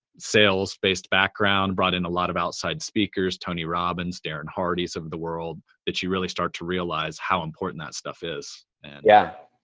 sales-based background, brought in a lot of outside speakers, tony robbins, darren hardy's of the world, that you really start to realize how important that stuff is. jon and yeah.